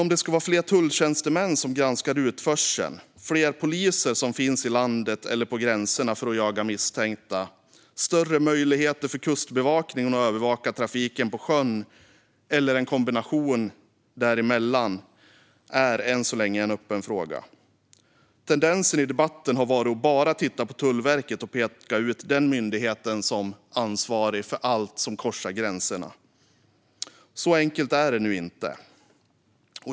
Om det ska vara fler tulltjänstemän som granskar utförseln, fler poliser i landet eller vid gränserna för att jaga misstänkta och större möjligheter för Kustbevakningen att övervaka trafiken på sjön eller en kombination av detta är än så länge en öppen fråga. Tendensen i debatten har varit att bara titta på Tullverket och peka ut denna myndighet som ansvarig för allt som korsar gränserna. Så enkelt är det inte.